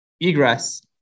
egress